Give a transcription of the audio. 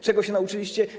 Czego się nauczyliście?